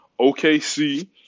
OKC